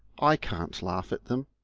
i can't laugh at them.